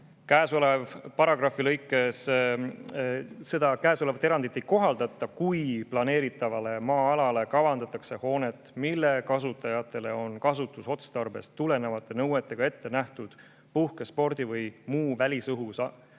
Käesolev paragrahvi lõikes 21nimetatud erandit ei kohaldata, kui planeeritavale maa-alale kavandatakse hoonet, mille kasutajatele on kasutusotstarbest tulenevate nõuetega ette nähtud puhke-, spordi- või muu välisõhus aja